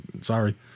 sorry